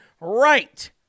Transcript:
right